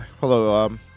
hello